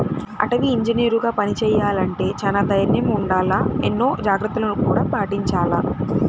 అటవీ ఇంజనీరుగా పని చెయ్యాలంటే చానా దైర్నం ఉండాల, ఎన్నో జాగర్తలను గూడా పాటించాల